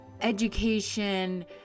education